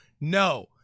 No